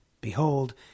Behold